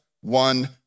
one